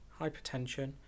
hypertension